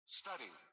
study